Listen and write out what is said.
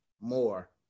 more